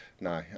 no